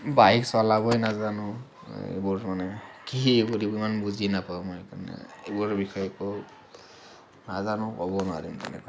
bike চলাবই নাজানোঁ এইবোৰ মানে কি এইবোৰ ইমান বুজি নাপাওঁ সেইকাৰণে এইবোৰৰ বিষয়ে একো নাজানোঁ ক'ব নোৱাৰিম তেনেকৈ